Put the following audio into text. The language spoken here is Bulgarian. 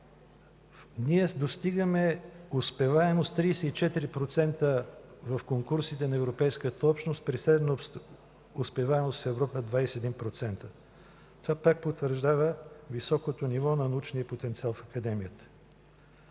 ние достигаме успеваемост 34% в конкурсите на Европейската общност при средна успеваемост в Европа 21%. Това пак потвърждава високото ниво на научния потенциал в Академията.